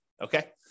okay